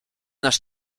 nasz